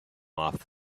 off